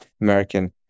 American